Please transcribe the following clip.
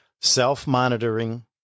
Self-monitoring